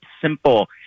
simple